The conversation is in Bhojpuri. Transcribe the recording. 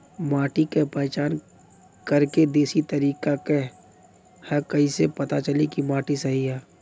माटी क पहचान करके देशी तरीका का ह कईसे पता चली कि माटी सही ह?